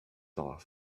off